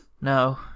No